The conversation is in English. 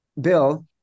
Bill